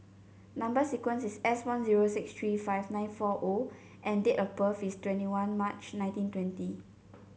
number sequence is S one zero six three five nine four O and date of birth is twenty one March nineteen twenty